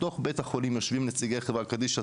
בתוך בית החולים יושבים נציגי חברת "קדישא",